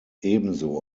ebenso